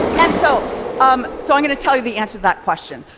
and so um so i'm going to tell you the answer to that question.